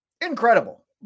Incredible